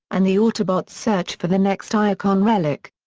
and the autobots search for the next iacon relic.